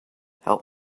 help